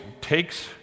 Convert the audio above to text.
takes